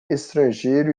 estrangeiro